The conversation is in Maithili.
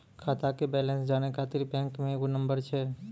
खाता के बैलेंस जानै ख़ातिर बैंक मे एगो नंबर छै?